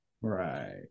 Right